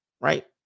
right